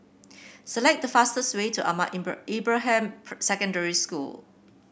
select the fastest way to Ahmad Ibrahim Secondary School